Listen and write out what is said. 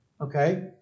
okay